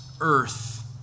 earth